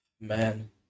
Man